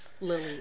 Lily